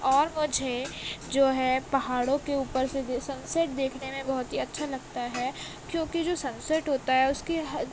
اور مجھے جو ہے پہاڑوں کے اوپر سے سن سیٹ دیکھنے میں بہت ہی اچھا لگتا ہے کیوںکہ جو سن سیٹ ہوتا ہے اس کی حد